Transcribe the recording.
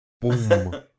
Boom